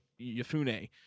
Yafune